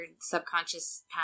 subconscious